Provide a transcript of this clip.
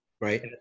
Right